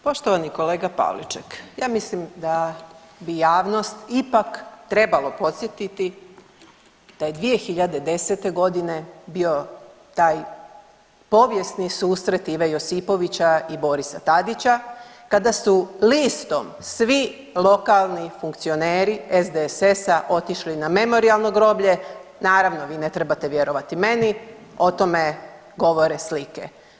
Poštovani kolega Pavliček, ja mislim da bi javnost ipak trebalo podsjetiti da je 2010.g. bio taj povijesni susret Ive Josipovića i Borisa Tadića kada su listom svi lokalni funkcioneri SDSS-a otišli na memorijalno groblje, naravno vi ne trebate vjerovati meni, o tome govore slike.